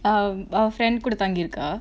um a friend கூட தங்கிருக்கா:kooda thangirukkaa